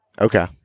okay